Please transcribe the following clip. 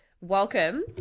welcome